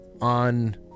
on